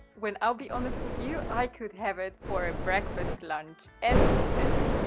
when i'll be honest with you i could have it for ah breakfast lunch and dinner.